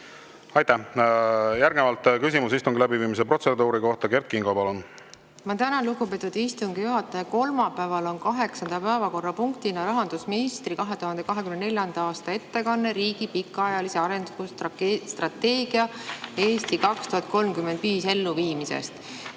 Aitäh! Järgnevalt küsimus istungi läbiviimise protseduuri kohta, Kert Kingo, palun! Ma tänan, lugupeetud istungi juhataja! Kolmapäeval on kaheksanda päevakorrapunktina rahandusministri 2024. aasta ettekanne riigi pikaajalise arengustrateegia "Eesti 2035" elluviimisest.